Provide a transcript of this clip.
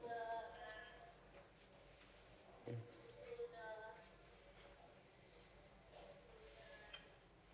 mm